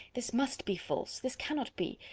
this must be false! this cannot be!